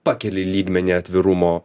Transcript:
pakeli lygmenį atvirumo